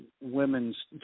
women's